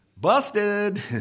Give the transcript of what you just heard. Busted